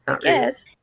yes